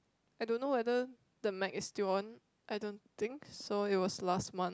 I don't know whether the Night is still on I don't think so it was last month